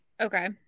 Okay